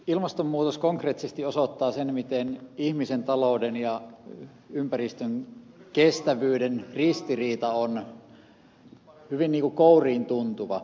ilmastonmuutos konkreettisesti osoittaa sen miten ihmisen talouden ja ympäristön kestävyyden ristiriita on hyvin kouriintuntuva